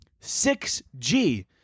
6G